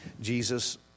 Jesus